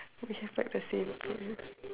what is your fried the favorite food